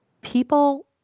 People